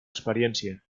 experiència